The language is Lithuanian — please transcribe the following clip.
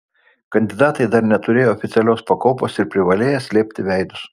kandidatai dar neturėję oficialios pakopos ir privalėję slėpti veidus